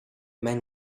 man